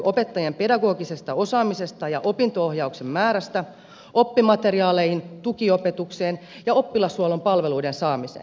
opettajien pedagogisesta osaamisesta ja opinto ohjauksen määrästä oppimateriaaleihin tukiopetukseen ja oppilashuollon palveluiden saamiseen